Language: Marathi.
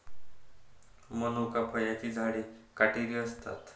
मनुका फळांची झाडे काटेरी असतात